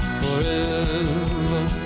forever